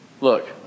Look